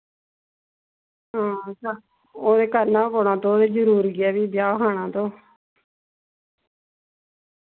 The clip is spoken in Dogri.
हां ते ओह् ते करना पौना तू ते जरुरी ऐ फ्ही ब्याह् खाना तो